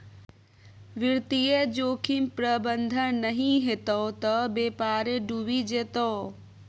वित्तीय जोखिम प्रबंधन नहि हेतौ त बेपारे डुबि जेतौ